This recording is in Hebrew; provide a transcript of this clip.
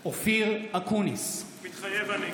מתחייב אני אופיר אקוניס, מתחייב אני